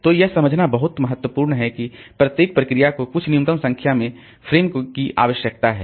तो यह समझना बहुत महत्वपूर्ण है कि प्रत्येक प्रोसेस को कुछ न्यूनतम संख्या में फ्रेम की आवश्यकता है